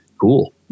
cool